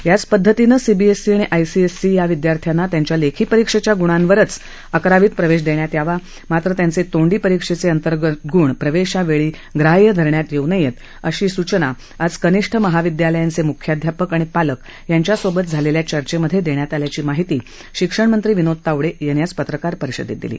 याचपध्दतीने CBSE आणि ICSE या विदयार्थ्यांना त्यांच्या लेखी परीक्षेच्या गृणांच्या आधारावर अकरावीत प्रवेश देण्यात यावा मात्र त्यांचे तोंडी परीक्षेचे अंतर्गत गुण प्रवेशावेळी ग्राह्य धरण्यात येऊ नये अशी सूचना आज कनिष्ठ महाविदयालयांचे मुख्याध्यापक आणि पालक यांच्यासोबत झालेल्या चर्चेमध्ये देण्यात आल्याची माहिती शिक्षणमंत्री विनोद तावडे यांनी आज पत्रकार परिषदेत दिली